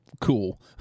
cool